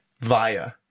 Via